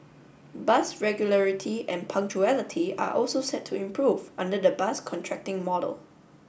bus regularity and punctuality are also set to improve under the bus contracting model